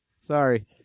Sorry